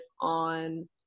on